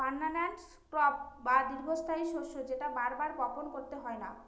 permanent crop বা দীর্ঘস্থায়ী শস্য যেটা বার বার বপন করতে হয় না